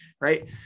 right